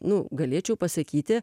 nu galėčiau pasakyti